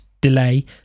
delay